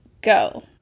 Go